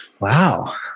Wow